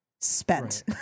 spent